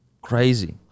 Crazy